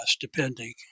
depending